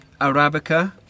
Arabica